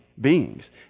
Beings